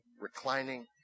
reclining